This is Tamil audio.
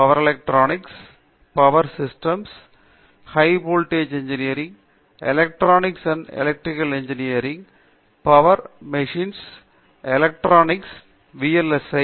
power electronics power systems high voltage engineering electrical and electronics engineering ஆகியவற்றில் பாரம்பரியமாக machine power electronics V L S ஐ